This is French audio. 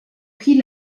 pris